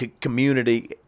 community